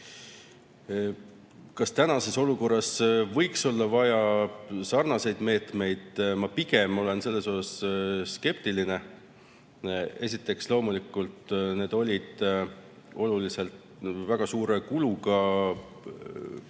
Kas tänases olukorras võiks olla vaja sarnaseid meetmeid? Ma pigem olen selles osas skeptiline. Esiteks, loomulikult need toetused olid väga suure kuluga